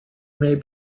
may